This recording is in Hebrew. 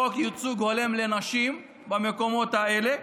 חוק ייצוג הולם לנשים במקומות האלה.